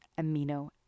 amino